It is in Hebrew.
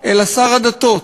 אלא שר הדתות.